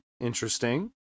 interesting